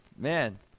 Man